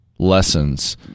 lessons